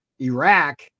Iraq